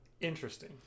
Interesting